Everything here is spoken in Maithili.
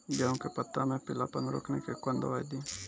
गेहूँ के पत्तों मे पीलापन रोकने के कौन दवाई दी?